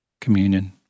communion